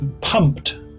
pumped